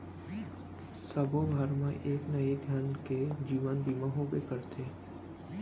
सबो घर मा एक ना एक झन के जीवन बीमा होबे करथे